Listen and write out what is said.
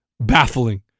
baffling